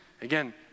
again